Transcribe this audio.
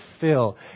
fill